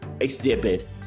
exhibit